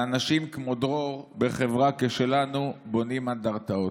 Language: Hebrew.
לאנשים כמו דרור בחברה כשלנו בונים אנדרטאות.